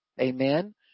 amen